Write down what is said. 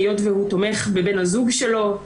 היות והוא תומך בבן הזוג שלו.